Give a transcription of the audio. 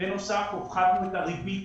בנוסף הורדנו את הריבית.